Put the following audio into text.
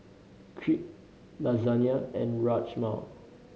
Crepe Lasagna and Rajma